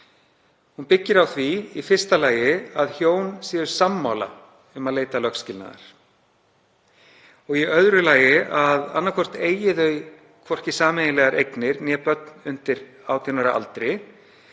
Hún byggist á því í fyrsta lagi að hjón séu sammála um að leita lögskilnaðar og í öðru lagi að annaðhvort eigi þau hvorki sameiginlegar eignir né börn undir 18 ára aldri